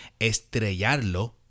estrellarlo